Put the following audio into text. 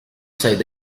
sayıda